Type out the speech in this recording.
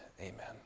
amen